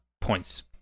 points